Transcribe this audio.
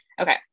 Okay